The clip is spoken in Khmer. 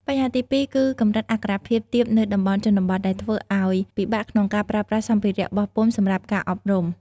បញ្ហាទីពីរគឺកម្រិតអក្ខរភាពទាបនៅតំបន់ជនបទ ដែលធ្វើឱ្យពិបាកក្នុងការប្រើប្រាស់សម្ភារបោះពុម្ពសម្រាប់ការអប់រំ។